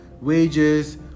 wages